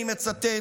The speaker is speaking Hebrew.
אני מצטט,